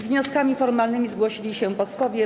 Z wnioskami formalnymi zgłosili się posłowie.